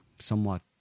Somewhat